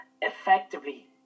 effectively